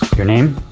your name?